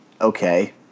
Okay